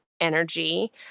energy